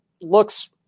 looks